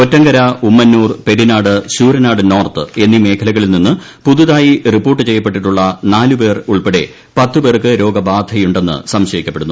കൊറ്റങ്കര ഉമ്മന്നൂർ പ്പെരിന്റാട് ശൂരനാട് നോർത്ത് എന്നീ മേഖലകളിൽ നിന്ന് പുതുതായി റിപ്പോർട്ട് ചെയ്യപ്പെട്ടിട്ടുള്ള നാലു പേർ ഉൾപ്പടെ പേർക്ക് രോഗബാധയുണ്ടെന്ന് സംശയിക്കപ്പെടുന്നു